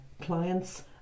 clients